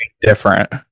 different